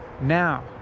now